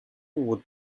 would